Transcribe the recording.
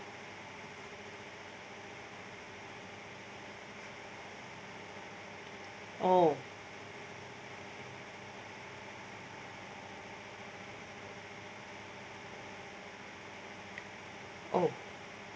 oh oh